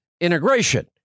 integration